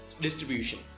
Distribution